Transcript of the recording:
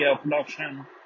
production